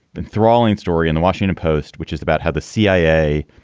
enthralling story in the washington post, which is about how the cia